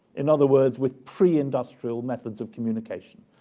in other words, with pre-industrial methods of communication,